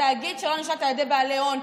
תאגיד שלא נשלט על ידי בעלי הון.